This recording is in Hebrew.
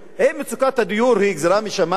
האם מצוקת הדיור היא גזירה משמים?